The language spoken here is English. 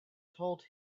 told